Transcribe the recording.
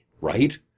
right